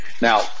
now